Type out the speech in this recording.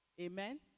Amen